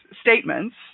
statements